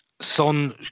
Son